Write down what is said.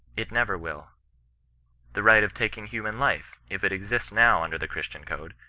it never will the right of taking human life, if it exist now under the christian code,